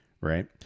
Right